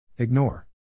Ignore